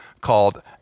called